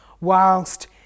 whilst